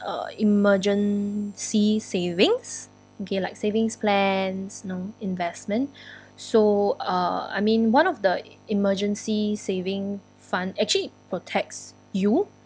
uh emergency savings okay like savings plans you know investment so uh I mean one of the emergency saving fund actually protects you